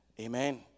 Amen